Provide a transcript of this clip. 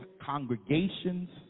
congregations